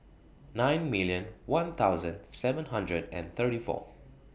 nine million one thousand seven hundred and thirty four